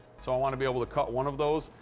so i want to be able to cut one of those,